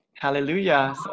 Hallelujah